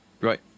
Right